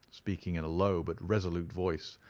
speaking in a low but resolute voice,